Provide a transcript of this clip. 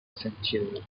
century